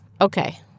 Okay